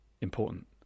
important